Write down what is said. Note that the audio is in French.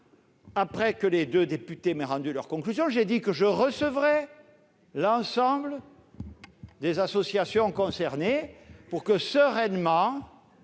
Après que les deux députés m'auront rendu leurs conclusions, je l'ai dit, je recevrai l'ensemble des associations concernées, pour que, sereinement,